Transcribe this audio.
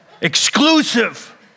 exclusive